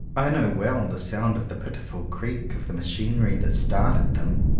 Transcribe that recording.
i know well the sound of the pitiful creak of the machinery that started them,